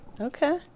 Okay